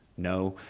no,